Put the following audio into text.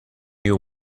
you